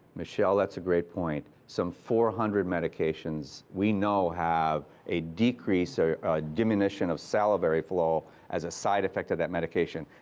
michelle, that's a great point. some four hundred medications we know have a decrease or so a diminution of salivary flow as a side effect of that medication,